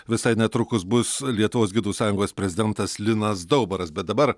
visai netrukus bus lietuvos gidų sąjungos prezidentas linas daubaras bet dabar